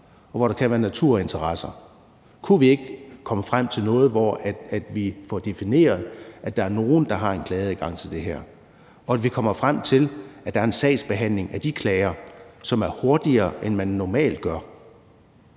og hvor der kan være naturinteresser. Kunne vi ikke komme frem til noget, hvor vi får defineret, at der er nogle, der har en klageadgang til det her, og at vi kommer frem til, at der er en sagsbehandling af de klager, som bliver gjort hurtigere, end man normalt gør?